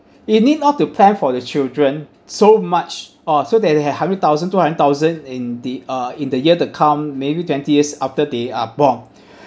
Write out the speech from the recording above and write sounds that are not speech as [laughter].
you need not to plan for the children so much uh so that they have hundred thousand two hundred thousand in the uh in the year to come maybe twenty years after they are born [breath]